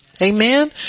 Amen